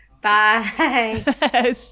Bye